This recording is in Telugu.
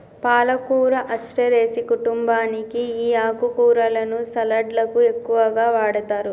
పాలకూర అస్టెరెసి కుంటుంబానికి ఈ ఆకుకూరలను సలడ్లకు ఎక్కువగా వాడతారు